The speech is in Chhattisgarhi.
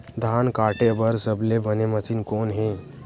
धान काटे बार सबले बने मशीन कोन हे?